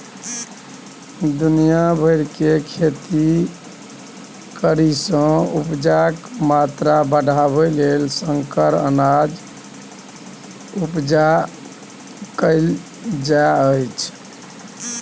दुनिया भरि मे खेती केर उपजाक मात्रा बढ़ाबय लेल संकर अनाज केर उपजा कएल जा रहल छै